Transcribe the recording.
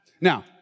Now